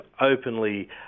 openly